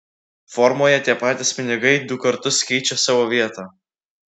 formoje tie patys pinigai du kartus keičia savo vietą